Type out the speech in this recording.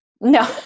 No